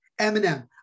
Eminem